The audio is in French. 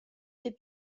des